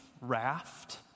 raft